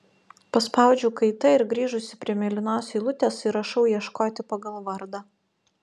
paspaudžiu kaita ir grįžusi prie mėlynos eilutės įrašau ieškoti pagal vardą